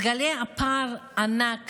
מתגלה פער ענק